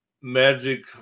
magic